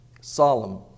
solemn